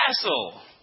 castle